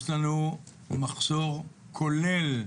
יש לנו מחסור כולל בפסיכולוגים,